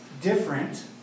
different